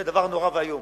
זה דבר נורא ואיום.